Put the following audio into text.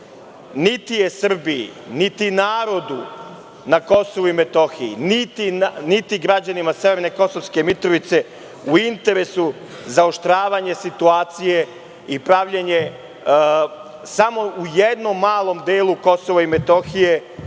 Niti je Srbiji, niti narodu na Kosovu i Metohiji, niti građanima severne Kosovske Mitrovice u interesu zaoštravanje situacije i pravljenje, samo u jednom malom delu Kosova i Metohije